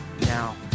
Now